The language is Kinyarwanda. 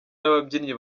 n’ababyinnyi